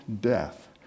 death